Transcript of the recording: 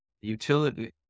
utility